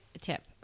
tip